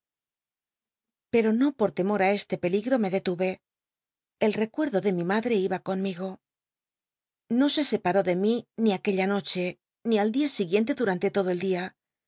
pero no por temor á este peligro me detme el recuerd o de mi madre iba con migo no se separó de mí ni aquella noche ni al dia siguiente durante lodo el dia